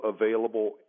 available